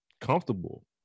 comfortable